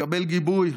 מקבל גיבוי